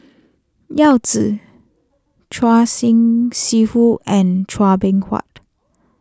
Yao Zi Choor Singh Sidhu and Chua Beng Huat